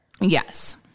Yes